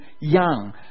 young